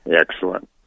Excellent